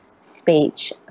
speech